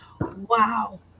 Wow